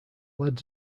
led